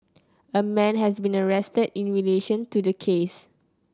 a man has been arrested in relation to the case